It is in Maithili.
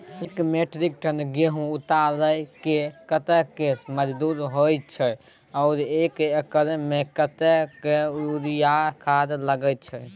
एक मेट्रिक टन गेहूं उतारेके कतेक मजदूरी होय छै आर एक एकर में कतेक यूरिया खाद लागे छै?